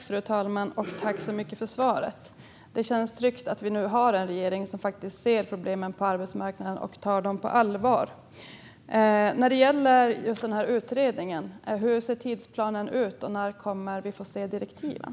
Fru talman! Jag tackar så mycket för svaret. Det känns tryggt att vi nu har en regering som faktiskt ser problemen på arbetsmarknaden och tar dem på allvar. När det gäller just den här utredningen undrar jag: Hur ser tidsplanen ut, och när kommer vi att få se direktiven?